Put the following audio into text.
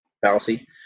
fallacy